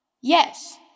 Yes